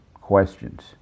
questions